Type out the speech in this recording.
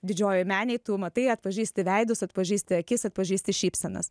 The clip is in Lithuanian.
didžiojoj menėj tu matai atpažįsti veidus atpažįsti akis atpažįsti šypsenas